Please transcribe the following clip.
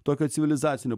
tokio civilizacinio